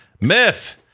Myth